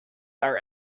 are